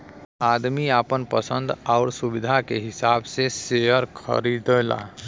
आदमी आपन पसन्द आउर सुविधा के हिसाब से सेअर खरीदला